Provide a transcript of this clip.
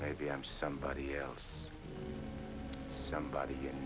maybe i'm somebody else somebody you